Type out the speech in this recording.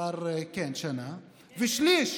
ושליש,